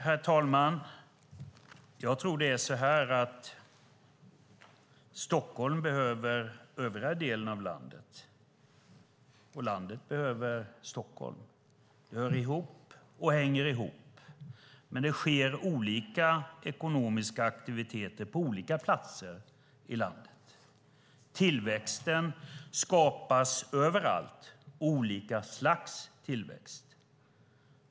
Herr talman! Jag tror att Stockholm behöver övriga delar av landet, och övriga delar av landet behöver Stockholm. De hör ihop och hänger ihop, men det sker olika ekonomiska aktiviteter på olika platser i landet. Tillväxten skapas överallt, olika slags tillväxt.